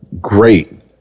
great